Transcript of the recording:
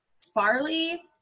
Farley